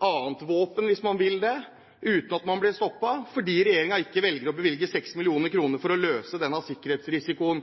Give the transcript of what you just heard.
annet våpen hvis man vil det, uten at man blir stoppet, fordi regjeringen velger ikke å bevilge 6 mill. kr for å løse problemet med denne sikkerhetsrisikoen.